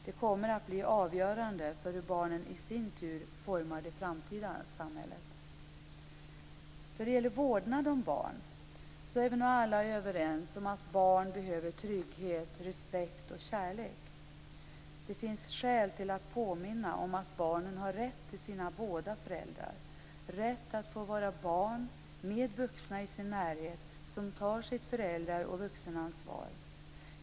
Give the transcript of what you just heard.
Det kommer att bli avgörande för hur barnen i sin tur formar det framtida samhället. När det gäller vårdnad av barn är vi nog alla överens om att barn behöver trygghet, respekt och kärlek. Det finns skäl att påminna om att barnen har rätt till sina båda föräldrar, rätt att få vara barn med vuxna i sin närhet som tar sitt föräldra och vuxenansvar.